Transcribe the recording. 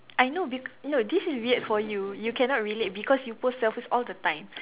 I know bec~ no this is weird for you you cannot relate because you post selfies all the time